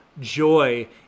joy